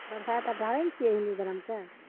बरसाइत आर धरै छियै हिन्दू धर्मके